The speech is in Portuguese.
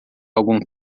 algum